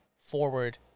forward